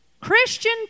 Christian